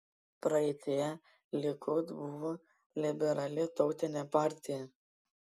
praeityje likud buvo liberali tautinė partija